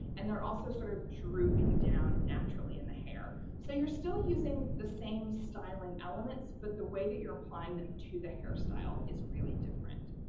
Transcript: and they're also sort of drooping down naturally in the hair. so, you're still using the same styling elements but the way that you're applying them to the hairstyle is really really different.